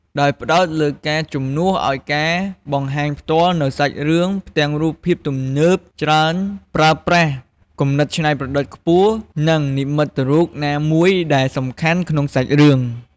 ដោយផ្ដោតលើ ការជំនួសឱ្យការបង្ហាញផ្ទាល់នូវសាច់រឿង ផ្ទាំងរូបភាពទំនើបច្រើនប្រើប្រាស់ គំនិតច្នៃប្រឌិតខ្ពស់ និងនិមិត្តរូបណាមួយដែលសំខាន់ក្នុងសាច់រឿង។